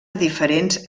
diferents